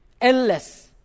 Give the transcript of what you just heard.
endless